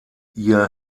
ihr